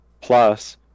plus